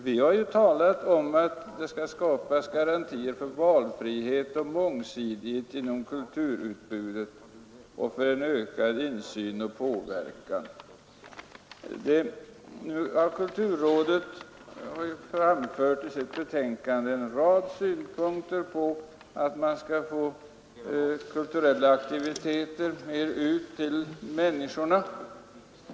Vi har sagt att det bör skapas garantier för valfrihet och mångsidighet i kulturutbudet, och vi har även talat för en ökad insyn och påverkan. Kulturrådet har i sitt yttrande anfört en rad synpunkter på frågan hur man skall föra de kulturella aktiviteterna ut till människorna.